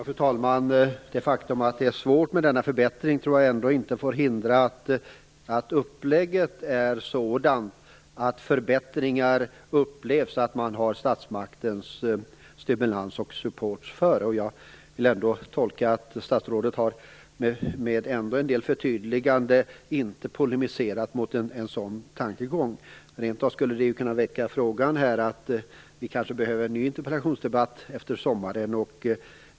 Fru talman! Det faktum att det är svårt med denna förbättring får inte hindra att upplägget är sådant att förbättringar upplevs ha statsmaktens stimulans och support. Jag vill tolka det här som att statsrådet med sina förtydliganden ändå inte har polemiserat mot en sådan tankegång. Jag tycker rent av att frågan väcks om vi kanske behöver en ny interpellationsdebatt efter sommaren.